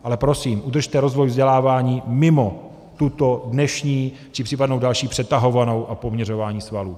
Ale prosím, udržte rozvoj vzdělávání mimo tuto dnešní či případnou další přetahovanou a poměřování svalů.